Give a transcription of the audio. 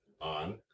on